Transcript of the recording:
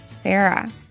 Sarah